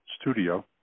studio